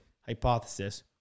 hypothesis